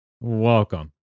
Welcome